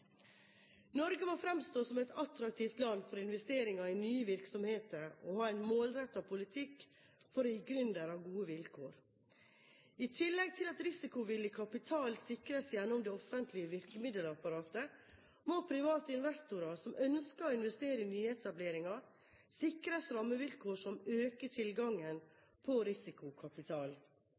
Norge må fremstå som et attraktivt land for investering i nye virksomheter og ha en målrettet politikk for å gi gründere gode vilkår. I tillegg til at risikovillig kapital sikres gjennom det offentlige virkemiddelapparatet, må private investorer som ønsker å investere i nyetableringer, sikres rammevilkår som øker tilgangen på risikokapital.